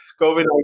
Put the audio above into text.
COVID